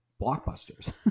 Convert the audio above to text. blockbusters